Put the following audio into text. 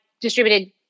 distributed